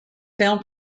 film